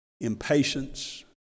impatience